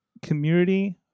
community